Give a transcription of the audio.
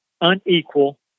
unequal